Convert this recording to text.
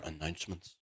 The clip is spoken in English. announcements